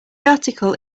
article